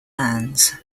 lands